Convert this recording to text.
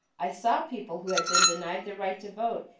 i saw people who had been denied the right to vote,